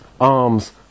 arms